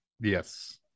yes